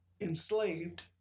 enslaved